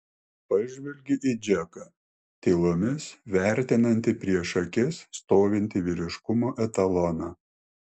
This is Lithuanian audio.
pažvelgiu į džeką tylomis vertinantį prieš akis stovintį vyriškumo etaloną